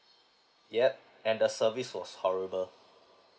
yup and the service was horrible